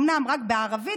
אומנם רק בערבית,